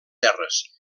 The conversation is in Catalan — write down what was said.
terres